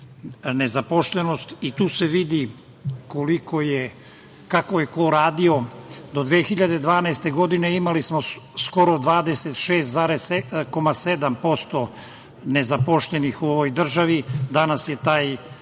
nezaposlenost. Tu se vidi kako je ko radio. Do 2012. godine imali smo skoro 26,7% nezaposlenih u ovoj državi, danas je taj